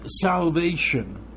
salvation